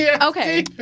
Okay